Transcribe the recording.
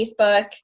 Facebook